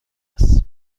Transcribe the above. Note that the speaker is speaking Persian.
است